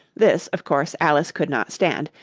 this of course, alice could not stand,